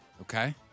Okay